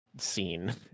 scene